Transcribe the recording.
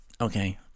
okay